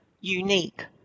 unique